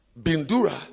Bindura